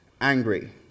angry